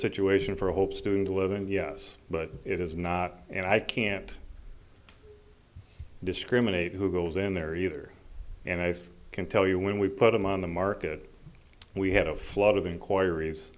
situation for a hope student living yes but it is not and i can't discriminate who goes in there either and i can tell you when we put them on the market we had a flood of inquiries